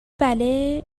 بله